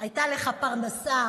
בחרתי לפנות אליו ולשאול אותו: מה מטריד